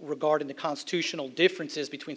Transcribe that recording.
regarding the constitutional differences between